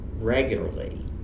regularly